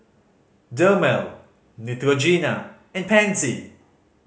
Dermale Neutrogena and Pansy